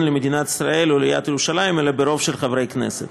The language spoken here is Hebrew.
למדינת ישראל או לעיריית ירושלים אלא ברוב של חברי הכנסת.